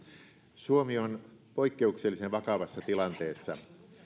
suomi on poikkeuksellisen vakavassa tilanteessa